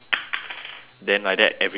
then like that everyone also can [what]